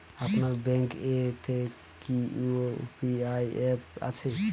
আপনার ব্যাঙ্ক এ তে কি ইউ.পি.আই অ্যাপ আছে?